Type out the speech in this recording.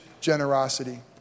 generosity